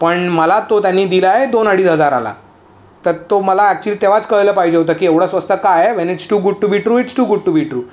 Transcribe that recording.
पण मला तो त्यांनी दिलाय दोन अडीच हजाराला तर तो मला ॲक्चुअली तेव्हाच कळलं पाहिजे होतं की एवढा स्वस्त काय when it's too good to be true it's too good to be true